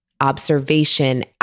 observation